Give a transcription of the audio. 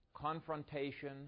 confrontation